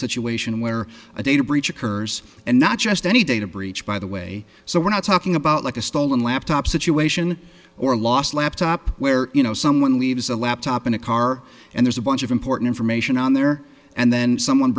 situation where a data breach occurs and not just any data breach by the way so we're not talking about like a stolen laptop situation or lost laptop where you know someone leaves a laptop in a car and there's a bunch of important information on there and then someone